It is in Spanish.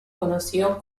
conoció